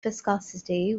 viscosity